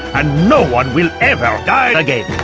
ah no one will ever die again!